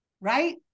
Right